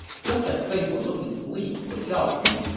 just as things were looking bleak for zhao yun,